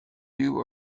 you